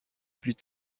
plus